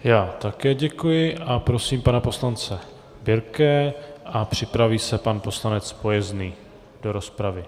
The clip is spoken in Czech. Já také děkuji a prosím pana poslance Birkeho, připraví se pan poslanec Pojezný do rozpravy.